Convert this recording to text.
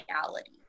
reality